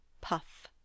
puff